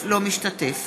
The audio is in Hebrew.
לא משתתף